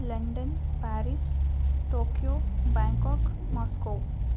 London Paris Tokyo Bangkok Moscow